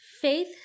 faith